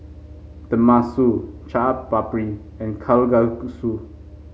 Tenmusu Chaat Papri and Kalguksu